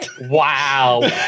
Wow